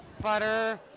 butter